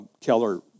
Keller